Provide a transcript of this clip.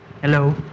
Hello